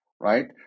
right